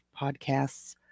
podcasts